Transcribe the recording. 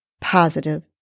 positive